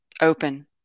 open